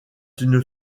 une